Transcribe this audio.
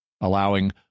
allowing